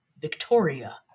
Victoria